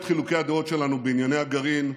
חילוקי הדעות שלנו בענייני הגרעין בחדרי-חדרים,